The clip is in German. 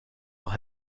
noch